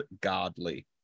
godly